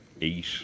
eight